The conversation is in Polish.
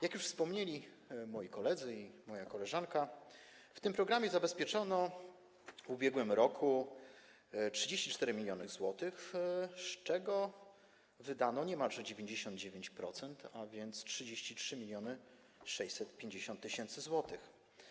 Jak już wspomnieli moi koledzy i moja koleżanka, na ten program zabezpieczono w ubiegłym roku 34 mln zł, z czego wydano niemalże 99%, a więc 33 650 tys. zł.